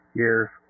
years